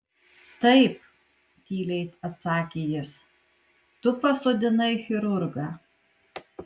taip tyliai atsakė jis tu pasodinai chirurgą